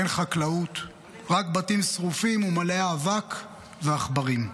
אין חקלאות, רק בתים שרופים ומלאי אבק ועכברים.